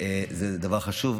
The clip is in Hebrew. זה דבר חשוב.